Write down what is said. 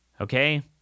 Okay